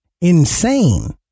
insane